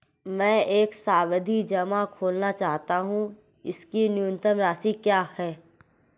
मैं एक सावधि जमा खोलना चाहता हूं इसकी न्यूनतम राशि क्या है?